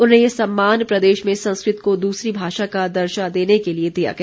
उन्हें ये सम्मान प्रदेश में संस्कृत को दूसरी भाषा का दर्जा देने के लिए दिया गया